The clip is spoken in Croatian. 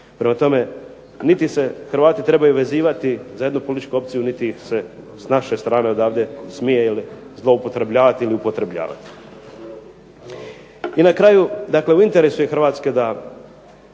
Prema tome, niti se Hrvati trebaju vezivati za jednu političku opcije niti se s naše strane smije ovdje zloupotrebljavati ili upotrebljavati. I na kraju, dakle u interesu je Hrvatske da